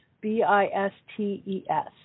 B-I-S-T-E-S